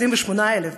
28,000,